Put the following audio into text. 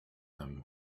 them